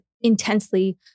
intensely